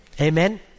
Amen